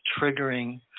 triggering